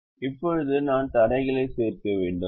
இப்போது நான் தடைகளைச் சேர்க்க வேண்டும்